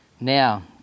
now